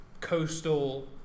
coastal